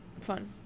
Fun